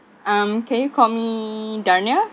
um can you call me darniah